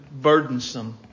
burdensome